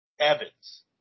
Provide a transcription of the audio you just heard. Evans